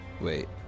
Wait